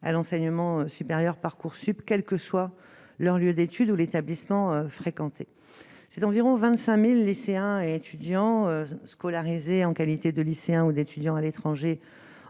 à l'enseignement supérieur Parcoursup quelle que soit leur lieu d'études ou l'établissement fréquenté, c'est environ 25000 lycéens et étudiants scolarisés en qualité de lycéens ou d'étudiants à l'étranger